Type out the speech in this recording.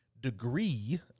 degree